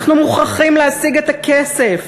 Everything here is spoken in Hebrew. אנחנו מוכרחים להשיג את הכסף,